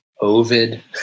Ovid